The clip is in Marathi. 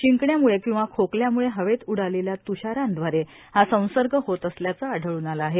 शिंकण्यामुळे किंवा खोकल्याम्ळे हवेत उडालेल्या तुषारांद्वारे हा संसर्ग होत असल्याचं आढळून आलं आहे